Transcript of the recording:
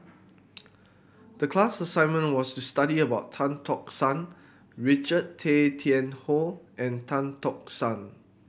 the class assignment was to study about Tan Tock San Richard Tay Tian Hoe and Tan Tock San